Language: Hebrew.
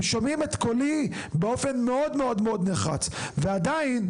שומעים את קולי באופן מאוד מאוד נחרץ ועדיין,